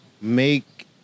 make